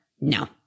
No